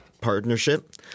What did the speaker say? Partnership